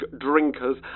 Drinkers